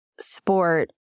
sport